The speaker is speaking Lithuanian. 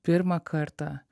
pirmą kartą